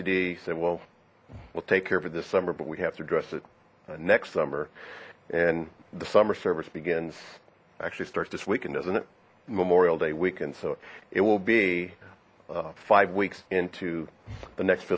d said well we'll take care of it this summer but we have to address it next summer and the summer service begins actually starts this weekend doesn't it memorial day weekend so it will be five weeks into the next